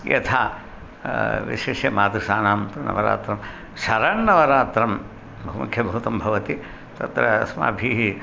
यथा विशिष्य मादृशानां तु नवरात्रं शरण्णवरात्रं बहुमुख्यभूतं भवति तत्र अस्माभिः